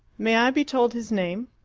may i be told his name?